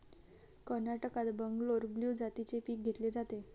कर्नाटकात बंगलोर ब्लू जातीचे पीक घेतले जाते